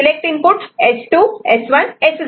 select input S2 S1 S0 असे आहेत